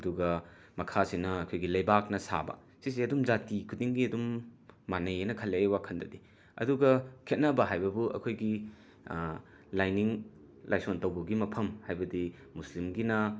ꯑꯗꯨꯒ ꯃꯈꯥꯁꯤꯅ ꯑꯩꯈꯣꯏꯒꯤ ꯂꯩꯕꯥꯛꯅ ꯁꯥꯕ ꯁꯤꯁꯦ ꯑꯗꯨꯝ ꯖꯥꯇꯤ ꯈꯨꯗꯤꯡꯒꯤ ꯑꯗꯨꯝ ꯃꯥꯟꯅꯩꯅ ꯈꯜꯂꯦ ꯑꯩ ꯋꯥꯈꯜꯗꯗꯤ ꯑꯗꯨꯒ ꯈꯦꯠꯅꯕ ꯍꯥꯏꯕꯕꯨ ꯑꯩꯈꯣꯏꯒꯤ ꯂꯥꯏꯅꯤꯡ ꯂꯥꯏꯁꯣꯟ ꯇꯧꯕꯒꯤ ꯃꯐꯝ ꯍꯥꯏꯕꯗꯤ ꯃꯨꯁꯂꯤꯝꯒꯤꯅ